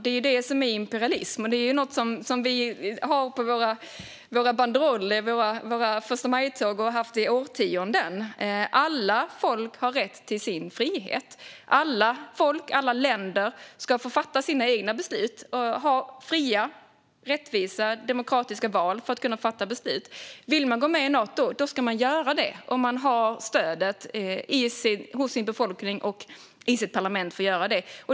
Det är det som är imperialism, och detta står på banderollerna i våra förstamajtåg sedan årtionden. Alla folk har rätt till sin frihet. Alla folk och alla länder ska få fatta sina egna beslut och ha fria, rättvisa och demokratiska val för att kunna göra detta. Om man vill gå med i Nato ska man göra det, om man har stöd i sin befolkning och sitt parlament för att göra detta.